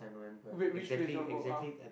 wait which place you all go ah